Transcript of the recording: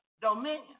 dominion